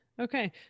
Okay